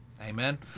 Amen